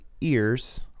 ears